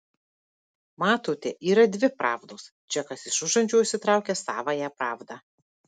matote yra dvi pravdos čekas iš užančio išsitraukia savąją pravdą